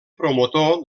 promotor